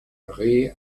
are